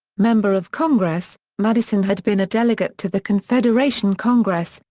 member of congress madison had been a delegate to the confederation congress,